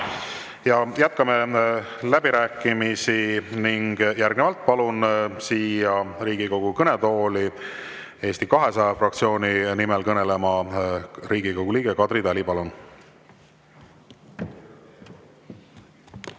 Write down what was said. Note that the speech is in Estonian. Jätkame läbirääkimisi. Järgnevalt palun siia Riigikogu kõnetooli Eesti 200 fraktsiooni nimel kõnelema Riigikogu liikme Kadri Tali. Palun!